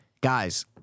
guys